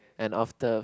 and after